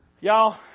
Y'all